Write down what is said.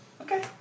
Okay